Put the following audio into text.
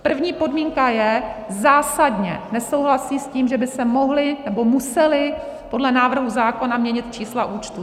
První podmínka je, zásadně nesouhlasí s tím, že by se mohla nebo musela podle návrhu zákona měnit čísla účtů.